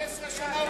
15 שנה בכנסת,